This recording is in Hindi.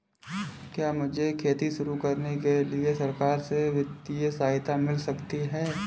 क्या मुझे खेती शुरू करने के लिए सरकार से वित्तीय सहायता मिल सकती है?